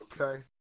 Okay